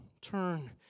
turn